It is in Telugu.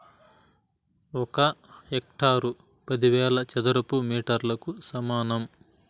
ఒక హెక్టారు పదివేల చదరపు మీటర్లకు సమానం